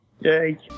Yay